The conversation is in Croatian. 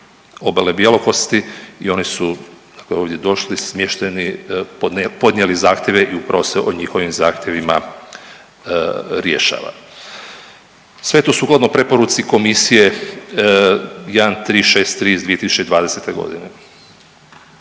Obale bjelokosti i oni su, dakle ovdje došli smješteni, podnijeli zahtjeve i upravo se o njihovim zahtjevima rješava. Sve je to sukladno preporuci Komisije 1363 iz 2020. godine.